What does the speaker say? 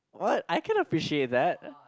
what I cannot appreciate that